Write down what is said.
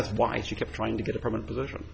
that's why she kept trying to get a permanent position